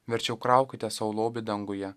verčiau kraukite sau lobį danguje